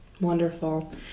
Wonderful